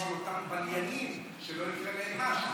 גם על אותם בליינים שלא יקרה להם משהו.